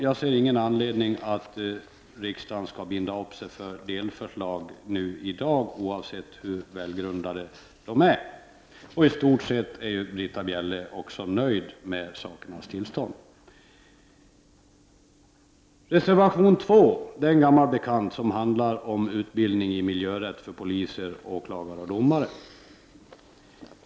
Jag ser ingen anledning till att riksdagen i dag binder upp sig vid några delförslag, oavsett hur välgrundade dessa är. I stort sett är ju Britta Bjelle också nöjd med sakernas tillstånd. Reservation 2 är en gammal bekant som handlar om utbildning i miljörätt för poliser, åklagare och domare.